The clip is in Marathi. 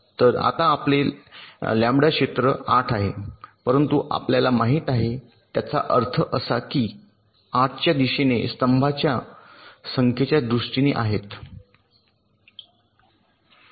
तर आता आपले क्षेत्र 8 लंबडा आहे परंतु आपल्याला माहित आहे त्याचा अर्थ असा की 8 या दिशेने स्तंभांच्या संख्येच्या दृष्टीने आहेत